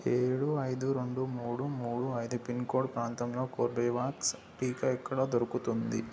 ఏడు అయిదు రెండు మూడు మూడు అయిదు పిన్కోడ్ ప్రాంతంలో కోర్బేవాక్స్ టీకా ఎక్కడ దొరుకుతుంది